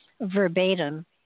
verbatim